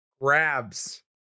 grabs